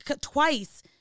twice